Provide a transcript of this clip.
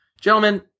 Gentlemen